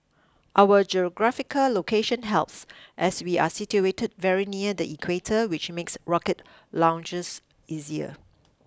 our geographical location helps as we are situated very near the Equator which makes rocket launches easier